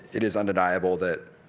it is undeniable that